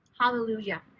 Hallelujah